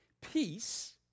peace